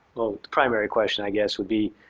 the primary question, i guess, would be